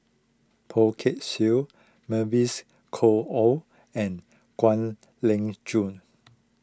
Poh Kay Swee Mavis Khoo Oei and Kwek Leng Joo